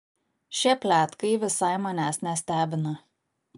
šie pletkai visai manęs nestebina